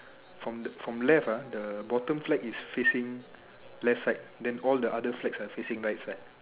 from the from left ah the bottom flag is facing left side then all the other flags are facing right side